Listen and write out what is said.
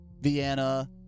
Vienna